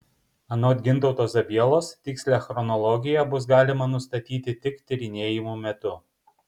anot gintauto zabielos tikslią chronologiją bus galima nustatyti tik tyrinėjimų metu